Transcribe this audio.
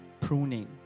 pruning